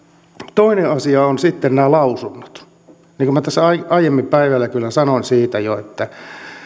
toinen asia on sitten nämä lausunnot niin kuin minä tässä aiemmin päivällä kyllä sanoin jo minä